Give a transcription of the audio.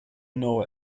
know